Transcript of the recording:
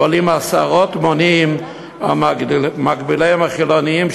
ועולים עשרות מונים על מקביליהם החילונים,